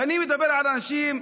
ואני מדבר על אנשים,